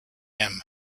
him